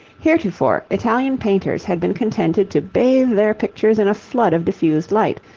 heretofore, italian painters had been contented to bathe their pictures in a flood of diffused light,